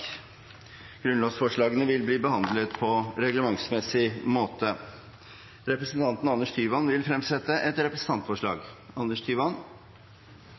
Grunnlovsforslagene vil bli behandlet på reglementsmessig måte. Representanten Anders Tyvand vil fremsette et representantforslag.